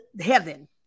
heaven